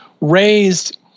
raised